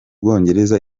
bwongereza